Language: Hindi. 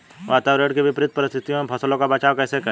वातावरण की विपरीत परिस्थितियों में फसलों का बचाव कैसे करें?